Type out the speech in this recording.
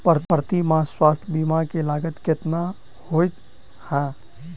प्रति माह स्वास्थ्य बीमा केँ लागत केतना होइ है?